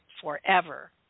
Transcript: Forever